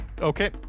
Okay